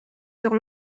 sur